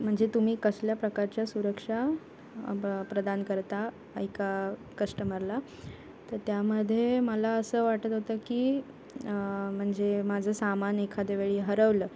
म्हणजे तुम्ही कसल्या प्रकारच्या सुरक्षा ब प्रदान करता एका कस्टमरला तर त्यामध्ये मला असं वाटत होतं की म्हणजे माझं सामान एखाद्या वेळी हरवलं